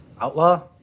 Outlaw